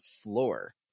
floor